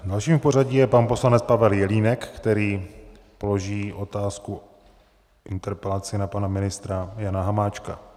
Dalším v pořadí je pan poslanec Pavel Jelínek, který položí otázku, interpelaci na pana ministra Jana Hamáčka.